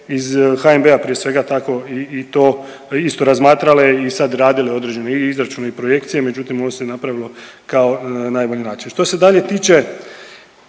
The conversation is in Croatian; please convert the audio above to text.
ih HNB prije svega tako i to isto razmatrale i sad radile određene izračune i projekcije, međutim ovo se napravilo kao najbolji način. Što se dalje tiče,